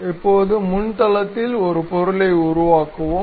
இப்போது முன் தளத்தில் ஒரு பொருளை உருவாக்குவோம்